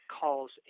calls